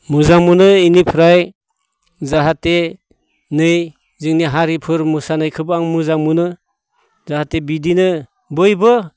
मोजां मोनो इनिफ्राय जाहाथे नै जोंनि हारिफोर मोसानायखोबो आं मोजां मोनो जाहाथे बिदिनो बयबो